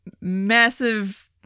massive